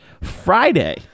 Friday